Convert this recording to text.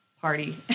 party